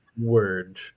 word